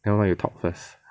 never mind you talk first